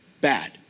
bad